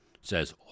says